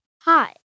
Hi